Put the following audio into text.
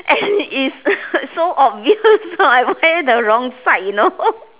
and is so obvious I wear the wrong side you know